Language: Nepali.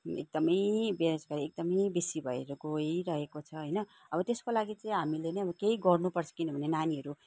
एकदमै बेरोजगारी एकदमै बेसी भएर गइरहेको छ होइन अब त्यसको लागि चाहिँ हामीले नै अब केही गर्नुपर्छ किनभने नानीहरू